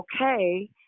okay